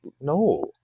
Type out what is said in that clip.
no